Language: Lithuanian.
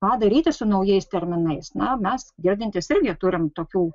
ką daryti su naujais terminais na mes girdintys irgi turim tokių